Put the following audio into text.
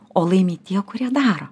o laimi tie kurie daro